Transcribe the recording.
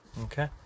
Okay